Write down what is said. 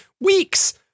weeks